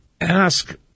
ask